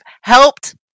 helped